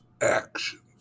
actions